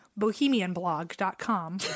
Bohemianblog.com